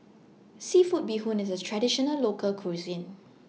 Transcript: Seafood Bee Hoon IS A Traditional Local Cuisine